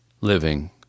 living